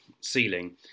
ceiling